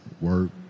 work